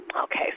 Okay